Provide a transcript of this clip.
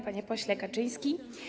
Panie Pośle Kaczyński!